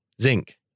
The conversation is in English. Zinc